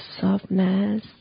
softness